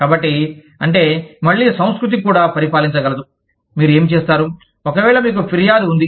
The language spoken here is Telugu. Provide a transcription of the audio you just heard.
కాబట్టి అంటే మళ్ళీ సంస్కృతి కూడా పరిపాలించగలదు మీరు ఏమి చేస్తారు ఒకవేళ మీకు ఫిర్యాదు ఉంది